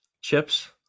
chips